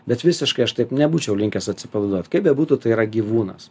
bet visiškai aš taip nebūčiau linkęs atsipalaiduot kaip bebūtų tai yra gyvūnas